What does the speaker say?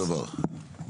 אף אחד לא סבבה עם שום דבר.